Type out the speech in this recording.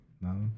No